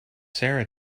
sarah